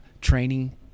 training